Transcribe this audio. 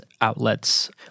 outlets